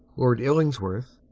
lord illingworth.